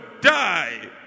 die